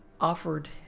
offered